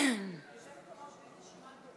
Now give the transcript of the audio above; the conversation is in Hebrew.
אין רשימת דוברים.